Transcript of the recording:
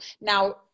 Now